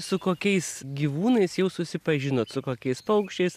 su kokiais gyvūnais jau susipažinot su kokiais paukščiais